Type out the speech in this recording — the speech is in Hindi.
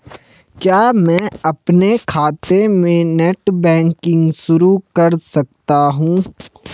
क्या मैं अपने खाते में नेट बैंकिंग शुरू कर सकता हूँ?